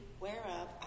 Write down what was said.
whereof